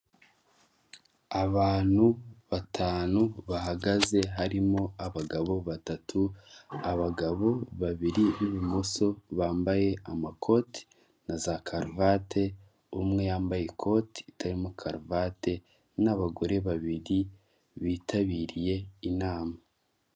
Abantu batanu bahagaze harimo abagabo batatu abagabo babiri b'ibumoso bambaye amakoti na za karuvati umwe yambaye ikotite ntakaruvati n'abagore babiri bitabiriye inama.